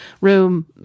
room